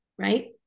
Right